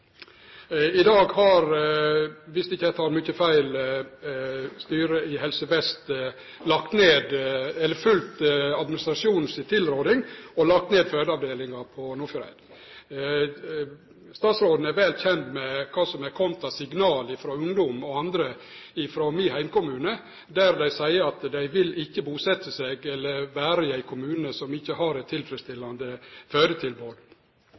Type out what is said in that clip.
I dag har styret i Helse Vest, dersom eg ikkje tek mykje feil, følgt administrasjonen si tilråding og lagt ned fødeavdelinga i Nordfjordeid. Statsråden er vel kjend med kva som er kome av signal frå ungdom og andre frå min heimkommune, der dei seier at dei ikkje vil busetje seg eller vere i ein kommune som ikkje har